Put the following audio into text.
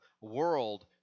world